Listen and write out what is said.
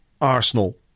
Arsenal